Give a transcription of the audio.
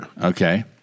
Okay